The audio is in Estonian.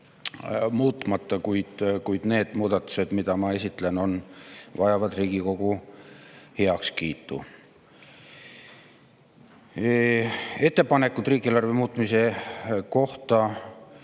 muutmata, kuid need muudatused, mida ma esitlen, vajavad Riigikogu heakskiitu. Ettepanekud riigieelarve muutmise kohta